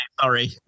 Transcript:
sorry